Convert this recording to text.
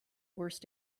worst